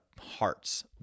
hearts